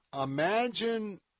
imagine